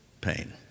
pain